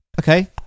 Okay